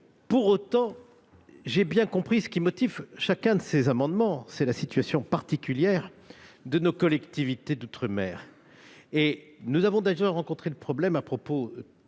Pour autant, j'ai bien compris ce qui motive chacun de ces amendements, à savoir la situation particulière de nos collectivités d'outre-mer. Nous avons déjà rencontré ce problème tout